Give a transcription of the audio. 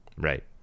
Right